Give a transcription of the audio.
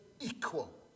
equal